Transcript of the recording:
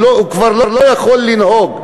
הוא כבר לא יכול לנהוג.